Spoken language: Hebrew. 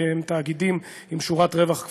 שהם תאגידים עם שורת רווח כפולה,